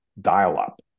dial-up